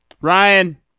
Ryan